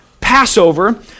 Passover